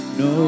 no